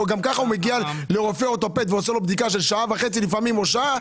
גם ככה מגיע לרופא אורתופד ועושה לו בדיקה של שעה וחצי או שעה,